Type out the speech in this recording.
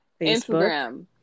Instagram